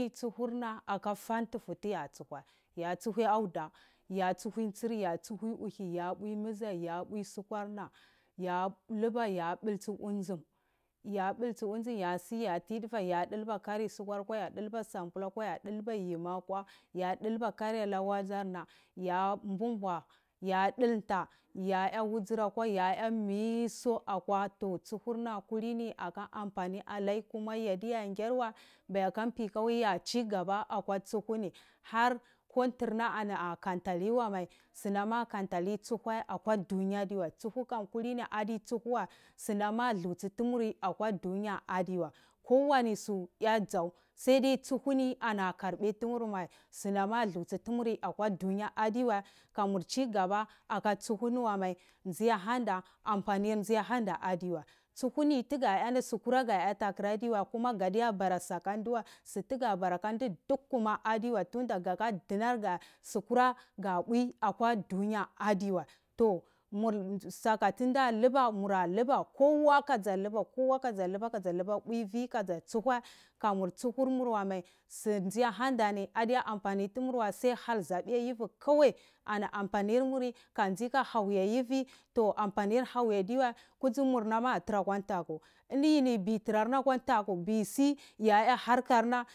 Yi tsohorna aka foh ntsisu tiya tsuhai ya tsuhui auda tsihu ntsirya turu miha ya bwi sukwar na ya luba ya bittsi undjum ya bilotsi unazum ya si yatai duvai ya dulbu karir soka kwa ya dulba sabul akwa ya dulba yimi akwa yodulba kari ala auza na yu mbu mbwa yi dulta ya ya wudzurakwa ya ya mis akwa toh kulini tsuhur na aka amponi alai kuma yan ngyar wai mayakoi ampani ya agaba aka tsihuni har ko ntur na ana kantu alai tsihu mai sunam a konta li tsuhu akwa dunye adiya wai kulini sunam aludsi tumuri atwa dunya adiwai kowani su ya ajau ya tsuhuni ana karbe tumur mai akwa dunya adi wai kamur cigaba ata tsuhuni mai dji akwandi ampanie tsuhu adiwai tsuwani sutavra ga yati aka tsuhu wai kuma godiya boro su ceta ndu duk kuma sukuna ga pwi akwa dungu afi wai murto saka tunda luba mura luba kowa kadar luba kadar luteu pwi vwi kadar tsuhwai kamur tsuhur murmai surndzoi ahandadar adiya amfontumor wa an, sai hoal zaabi ahaivi kowai ani ampunin muri kandzi ka hovi auvi toh ampanir hauwi adiwa kudzu murnanatara kwa ntaku ind yini mfrar na kwa nfatiuisi yiana hartarna.